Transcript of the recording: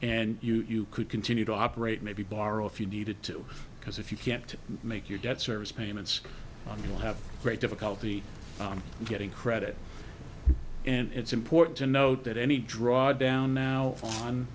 and you could continue to operate maybe borrow if you needed to because if you can't make your debt service payments on will have great difficulty on getting credit and it's important to note that any drawdown now on